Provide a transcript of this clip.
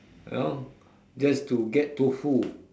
you know just to get tofu